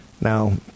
Now